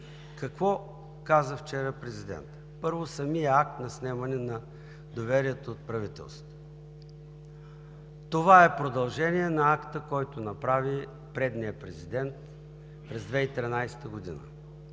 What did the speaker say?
Какво каза вчера президентът? Първо, самият акт на снемане на доверието от правителството е продължение на акта, който направи предишният президент през 2013 г.